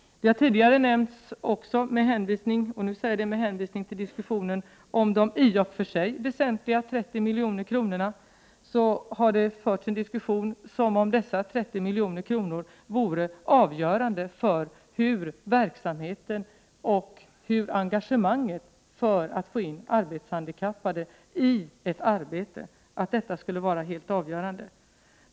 Det har i diskussionen, med hänvisning till de i och för sig väsentliga 30 miljoner kronorna, framställts som om dessa 30 miljoner vore helt avgörande för verksamheten och för hur man får in arbetshandikappade i ett arbete.